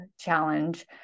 challenge